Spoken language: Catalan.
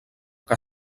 que